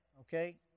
Okay